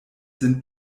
sind